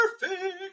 perfect